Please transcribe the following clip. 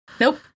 nope